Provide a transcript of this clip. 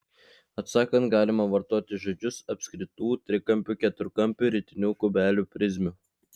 atsakant galima vartoti žodžius apskritų trikampių keturkampių ritinių kubelių prizmių